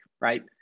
right